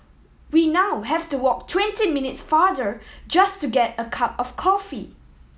we now have to walk twenty minutes farther just to get a cup of coffee